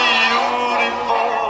beautiful